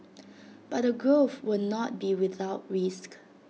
but the growth will not be without risk